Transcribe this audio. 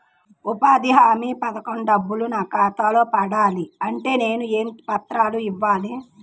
ఉపాధి హామీ పథకం డబ్బులు నా ఖాతాలో పడాలి అంటే నేను ఏ పత్రాలు ఇవ్వాలి?